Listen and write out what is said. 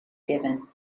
given